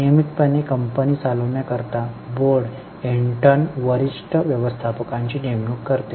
नियमितपणे कंपनी चालवण्याकरिता board intern वरिष्ठ व्यवस्थापकांची नेमणूक करते